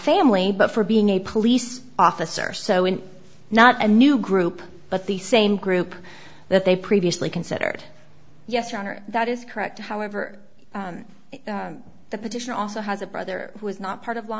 family but for being a police officer so in not a new group but the same group that they previously considered yes your honor that is correct however the petition also has a brother who is not part of law